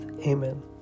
Amen